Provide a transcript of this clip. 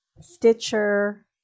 Stitcher